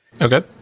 Okay